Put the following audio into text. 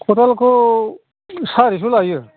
खदालखौ सारिस' लायो